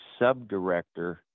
subdirector